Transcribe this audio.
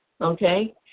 Okay